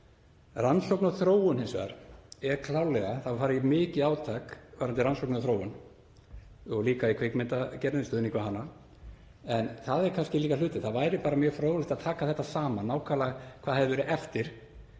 Rannsókn og þróun hins vegar, það var klárlega farið í mikið átak varðandi rannsóknir og þróun og líka í kvikmyndagerðinni og stuðningi við hana. En það er kannski líka hluti og væri mjög fróðlegt að taka þetta saman, nákvæmlega hvað hafi verið eftir